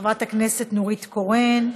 חברת הכנסת נורית קורן,